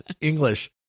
English